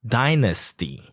dynasty